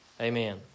amen